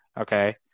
okay